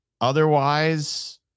Otherwise